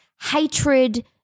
hatred